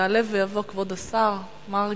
יעלה ויבוא כבוד השר מרגי,